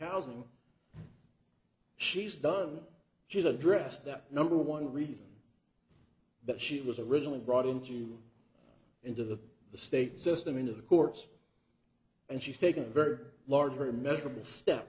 housing she's done she's addressed that number one reason that she was originally brought into into the the state system into the courts and she's taking a very large very measurable